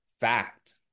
fact